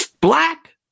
black